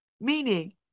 meaning